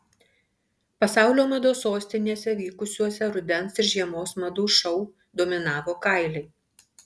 pasaulio mados sostinėse vykusiuose rudens ir žiemos madų šou dominavo kailiai